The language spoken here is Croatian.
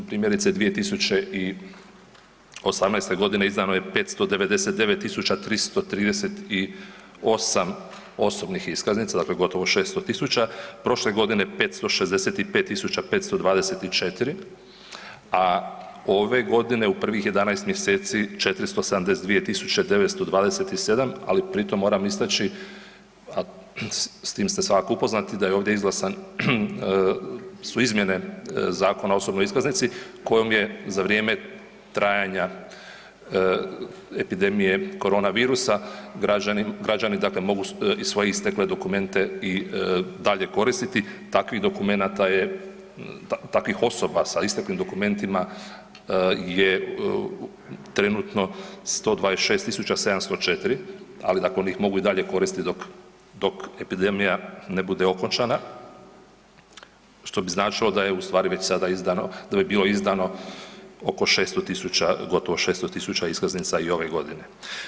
Primjerice, 2018.g. izdano je 599.338 osobnih iskaznica, dakle gotovo 600.000, prošle godine 565.524, a ove godine u prvih 11. mjeseci 472.927, ali pri tom moram istaći, s tim ste svakako upoznati, da je ovdje izglasan, su izmjene Zakona o osobnoj iskaznici kojom je za vrijeme trajanja epidemije korona virusa građani, građani dakle mogu i svoje istekle dokumente i dalje koristi, takvih dokumenata je, takvih osoba sa isteklim dokumentima je trenutno 126.704, ali oni ih mogu i dalje koristit dok, dok epidemija ne bude okončana, što bi značilo da je u stvari već sada izdano, da bi bilo izdano oko 600.000, gotovo 600.000 iskaznica i ove godine.